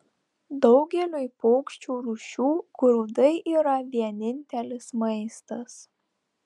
daugeliui paukščių rūšių grūdai yra vienintelis maistas